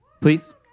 Please